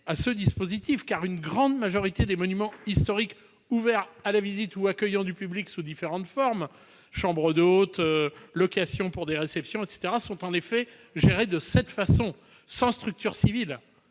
à ce dispositif, car une grande majorité des monuments historiques ouverts à la visite ou accueillant du public sous différentes formes- chambres d'hôte, location pour des réceptions, etc. -sont en effet gérés de cette façon, sans structure civile.